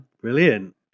Brilliant